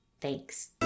Thanks